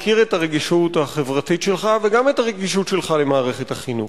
אני מכיר את הרגישות החברתית שלך וגם את הרגישות שלך למערכת החינוך.